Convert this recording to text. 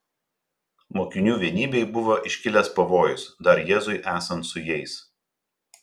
mokinių vienybei buvo iškilęs pavojus dar jėzui esant su jais